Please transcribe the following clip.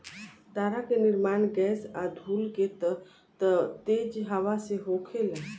तारा के निर्माण गैस आ धूल के तेज हवा से होखेला